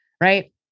right